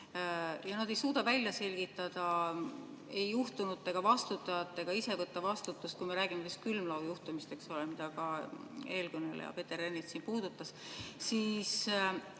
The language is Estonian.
Nad ei suuda välja selgitada ei juhtunut ega vastutajat ega ise võtta vastutust, kui me räägime sellest külmlaojuhtumist, eks ole, mida ka eelkõneleja Peeter Ernits puudutas. Äkki